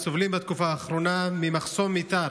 סובלים בתקופה האחרונה ממחסום מיתר.